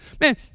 Man